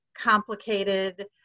complicated